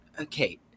okay